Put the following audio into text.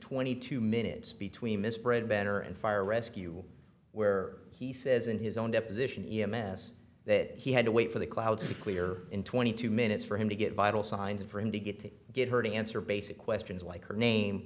twenty two minutes between this bread banner and fire rescue where he says in his own deposition e m s that he had to wait for the clouds to clear in twenty two minutes for him to get vital signs and for him to get to get her to answer basic questions like her name